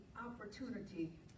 opportunity